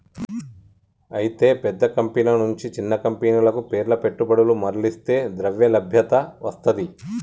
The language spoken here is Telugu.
అయితే పెద్ద కంపెనీల నుంచి చిన్న కంపెనీలకు పేర్ల పెట్టుబడులు మర్లిస్తే ద్రవ్యలభ్యత వస్తది